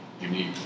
unique